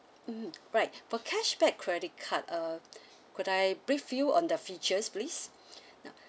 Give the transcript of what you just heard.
mmhmm right for cashback credit card uh could I brief you on the features please now